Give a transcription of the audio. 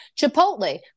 Chipotle